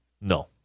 No